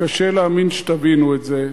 שקשה להאמין שתבינו את זה,